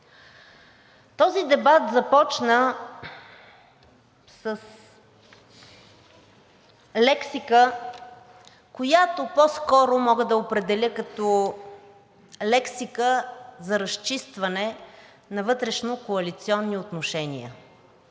Този дебат започна с лексика, която по-скоро мога да определя като лексика за разчистване на вътрешнокоалиционни отношения